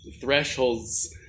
thresholds